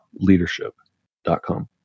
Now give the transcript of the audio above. leadership.com